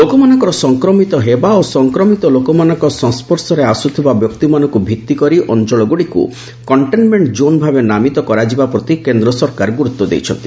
ଲୋକମାନଙ୍କର ସଂକ୍ରମିତ ହେବା ଓ ସଂକ୍ରମିତ ଲୋକମାନଙ୍କ ସଂସ୍କର୍ଶ ଆସ୍ତ୍ରିବା ବ୍ୟକ୍ତିମାନଙ୍କୁ ଭିତ୍ତି କରି ଅଞ୍ଚଳଗୁଡ଼ିକୁ କଣ୍ଟେନମେଣ୍ଟ କୋନ୍ ଭାବେ ନାମିତ କରାଯିବା ପ୍ରତି କେନ୍ଦ୍ର ସରକାର ଗୁରୁତ୍ୱ ଦେଇଛନ୍ତି